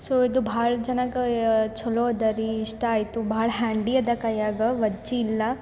so ಇದು ಭಾಳ ಜನಗಾ ಚಲೋ ಅದರೀ ಇಷ್ಟ ಆಯಿತು ಭಾಳ್ ಹ್ಯಾಂಡಿ ಅದ ಕೈಯಾಗ ವಜ್ಜಿ ಇಲ್ಲ